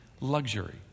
luxury